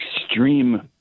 extreme